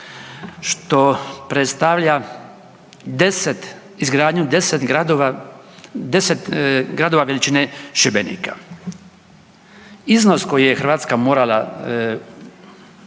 što predstavlja izgradnju 10 gradova, 10 gradova veličine Šibenika. Iznos koji je Hrvatska morala osigurati